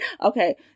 Okay